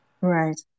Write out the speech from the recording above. right